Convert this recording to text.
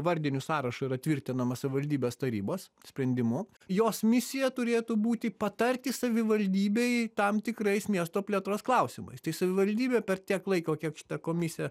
vardiniu sąrašu yra tvirtinama savivaldybės tarybos sprendimu jos misija turėtų būti patarti savivaldybei tam tikrais miesto plėtros klausimais tai savivaldybė per tiek laiko kiek šita komisija